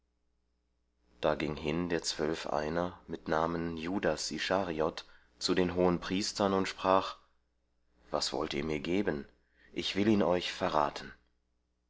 da ging hin der zwölf einer mit namen judas ischariot zu den hohenpriestern und sprach was wollt ihr mir geben ich will ihn euch verraten